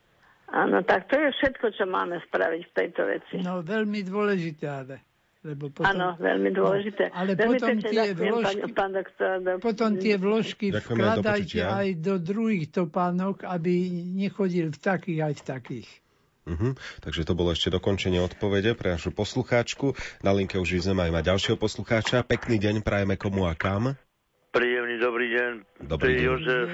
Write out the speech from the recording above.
Áno, tak to je všetko, čo máme spraviť v tejto veci. No, veľmi dôležité, ale, lebo potom- Áno, veľmi No, dôležité. ale Veľmi potom pekne tie ďakujem, pán- vložky- pán doktor, do- Potom tie vložky Ďakujem, do vkladajte počutia. aj do druhých topánok, aby nechodil v takých aj v takých. Mhm, takže to bolo ešte dokončenie odpovede pre našu poslucháčku. Na linke už sme aj mať ďalšieho poslucháča. Pekný deň prajeme, komu a kam? Príjemný dobrý deň. Dobrý Tu je deň. Jozef.